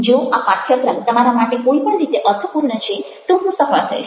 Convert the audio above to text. જો આ પાઠ્યક્રમ તમારા માટે કોઈ પણ રીતે અર્થપૂર્ણ છે તો હું સફળ થઈશ